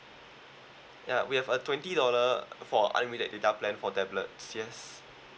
ya we have a twenty dollar for unlimited data plan for tablet yes